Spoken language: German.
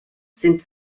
sind